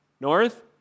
north